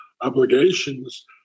obligations